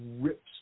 rips